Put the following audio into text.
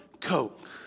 Coke